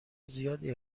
زیادی